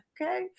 Okay